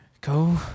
Go